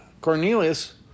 Cornelius